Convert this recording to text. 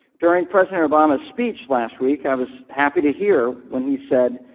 during president obama's speech last week i was happy to hear when he said,